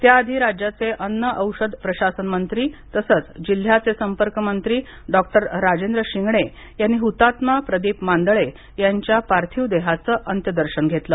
त्याआधी राज्याचे अन्न औषधे प्रशासन मंत्री तसंच जिल्हयाचे संपर्कमंत्री डॉ राजेंद्र शिंगणे यांनी हुतात्मा प्रदिप मांदळे यांच्या पार्थीव देहाचं अंत्ययदर्शन घेतलं